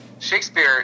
Shakespeare